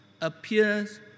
appears